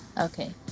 Okay